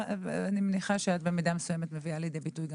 אני מבינה שאת במידה מסוימת מביאה לידי ביטוי את